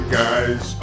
guys